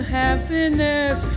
happiness